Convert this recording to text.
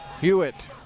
Hewitt